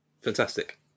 Fantastic